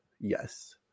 Yes